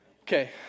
Okay